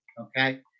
okay